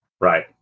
right